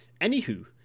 anywho